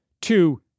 two